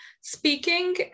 speaking